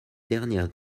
dernière